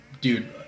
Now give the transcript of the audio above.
dude